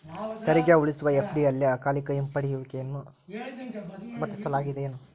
ತೆರಿಗೆ ಉಳಿಸುವ ಎಫ.ಡಿ ಅಲ್ಲೆ ಅಕಾಲಿಕ ಹಿಂಪಡೆಯುವಿಕೆಯನ್ನ ಅನುಮತಿಸಲಾಗೇದೆನು?